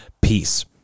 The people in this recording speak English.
peace